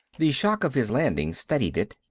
the shock of his landing steadied it.